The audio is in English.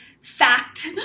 fact